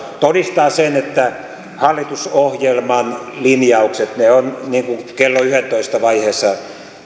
todistavat sen että hallitusohjelman linjaukset on kello yhdentoista vaiheessa